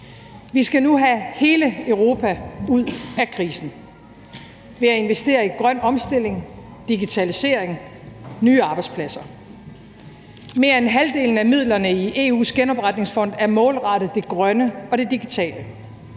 Vi skal nu have hele Europa ud af krisen ved at investere i grøn omstilling, digitalisering, nye arbejdspladser. Mere end halvdelen af midlerne i EU's genopretningsfond er målrettet det grønne og det digitale.